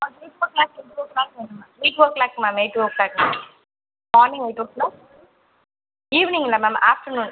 eight o'clock வேணும் ma'am eight o'clock ma'am eight o'clock ma'am morning eight o'clock evening இல்லை ma'am afternoon